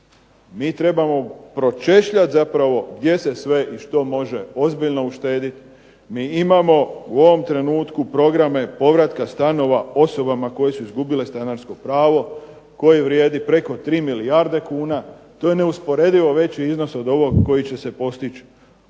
mi trebamo pročešljati zapravo gdje se sve i što može ozbiljno uštedit. Mi imamo u ovom trenutku potrebe povratka stanova osobama koje su izgubile stanarsko pravo koje vrijedi preko 3 milijarde kuna, to je neusporedivo veći iznos od ovog koji će se postići